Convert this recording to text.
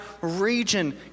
region